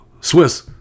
Swiss